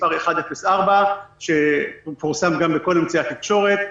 מספר 104 שפורסם גם בכל אמצעי התקשורת.